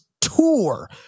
tour